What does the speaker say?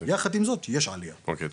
יחד עם זאת יש עלייה.\ אוקי,